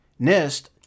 NIST